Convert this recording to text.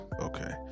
Okay